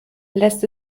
lässt